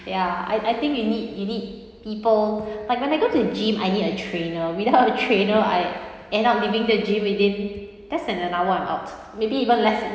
ya I I think you need you need people like when I go to the gym I need a trainer without a trainer I end up leaving the gym within less than an hour I'm out maybe even less